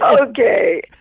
Okay